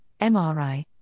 MRI